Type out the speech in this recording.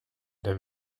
der